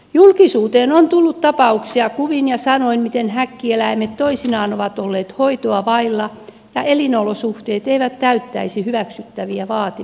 julkisuuteen on tullut tapauksia kuvin ja sanoin miten häkkieläimet toisinaan ovat olleet hoitoa vailla ja elinolosuhteet eivät täyttäisi hyväksyttäviä vaatimuksia